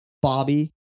Bobby